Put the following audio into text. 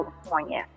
California